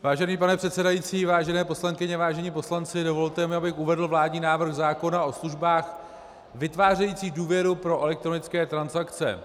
Vážený pane předsedající, vážené poslankyně, vážení poslanci, dovolte mi, abych uvedl vládní návrh zákona o službách vytvářejících důvěru pro elektronické transakce.